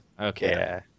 okay